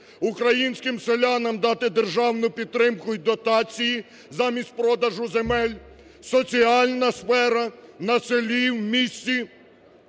українським селянам дати державну підтримку і дотації замість продажу земель, соціальна сфера на селі, в місті,